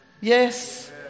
Yes